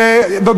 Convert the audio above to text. אין שום חרדים?